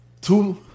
two